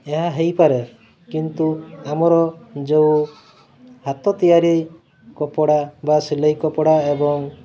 ଏହା ହେଇପାରେ କିନ୍ତୁ ଆମର ଯେଉଁ ହାତ ତିଆରି କପଡ଼ା ବା ସିଲେଇ କପଡ଼ା ଏବଂ